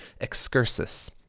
excursus